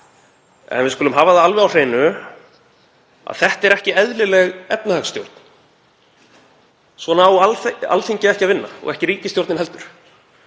En við skulum hafa það alveg á hreinu að þetta er ekki eðlileg efnahagsstjórn. Svona á Alþingi ekki að vinna og ekki ríkisstjórnin heldur.